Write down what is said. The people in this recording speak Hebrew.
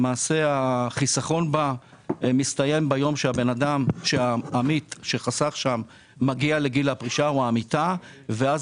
החיסכון מסתיים ביום שהעמית מגיע לגיל הפרישה ואז